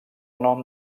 nom